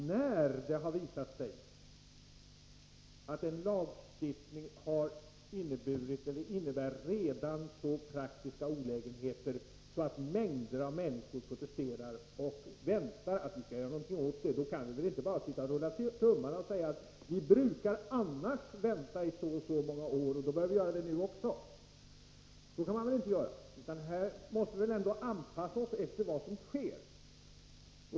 När det har visat sig att en lagstiftning innebär sådana olägenheter att mängder av människor protesterar och väntar att vi skall göra någonting åt saken, kan vi väl inte — och jag vänder mig nu till både Karl Boo och Jan-Erik Wikström — bara sitta och rulla tummarna och säga att vi annars brukar vänta i så och så många år och att vi då måste göra det också i det här fallet. På det sättet kan man väl inte göra. Här måste vi anpassa oss efter vad som sker.